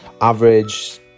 average